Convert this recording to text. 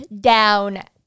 down